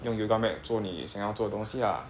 用 yoga mat 做你想要做的东西啦